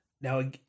now